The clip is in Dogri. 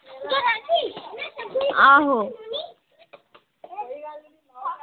आहो